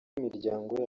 imiryango